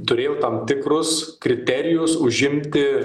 turėjo tam tikrus kriterijus užimti